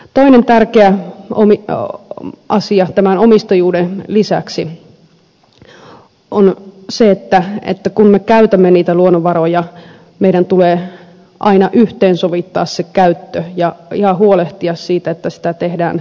toinen tärkeä asia omistajuuden lisäksi on se että kun me käytämme niitä luonnonvaroja meidän tulee aina yhteensovittaa se käyttö ja huolehtia siitä että sitä tehdään kestävästi